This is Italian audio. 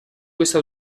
questo